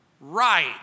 right